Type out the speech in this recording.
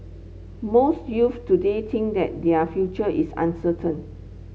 most youths today think that their future is uncertain